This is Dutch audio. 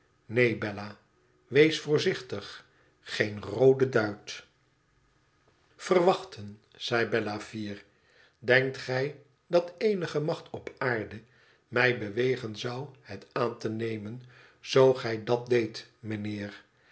neen bella wees voorzichtig geen rooden duit iverwachten zei bella üer i denkt gij dat eenige macht op aarde mij bewegen zou het aan te nemen zoo gij dat deedt mijnheer